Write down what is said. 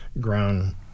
ground